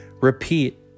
repeat